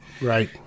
right